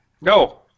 No